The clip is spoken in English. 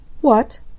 What